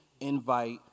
invite